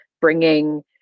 bringing